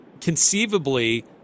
Conceivably